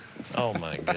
oh my but